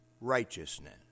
righteousness